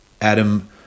Adam